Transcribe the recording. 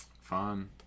Fun